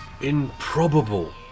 Improbable